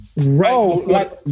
Right